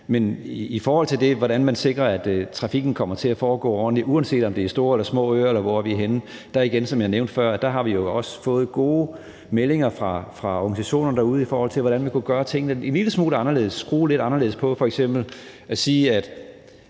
Men i forhold til hvordan man sikrer, at trafikken kommer til at foregå ordentligt, uanset om det er store eller små øer, eller hvor det er henne, vil jeg sige, som jeg også nævnte før, at der har vi jo fået gode meldinger fra organisationerne derude, i forhold til hvordan vi kunne gøre tingene en lille smule anderledes, f.eks. skrue lidt anderledes på det og sige, at